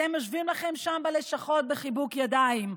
אתם יושבים לכם שם בלשכות בחיבוק ידיים,